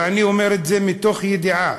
ואני אומר את זה מתוך ידיעה,